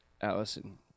Allison